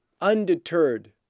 Undeterred